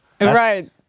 Right